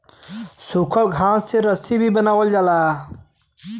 सूखल घास से रस्सी भी बनावल जाला